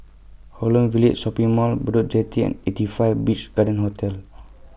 Holland Village Shopping Mall Bedok Jetty and eighty five Beach Garden Hotel